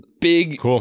Big